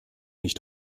nicht